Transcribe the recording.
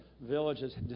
Villages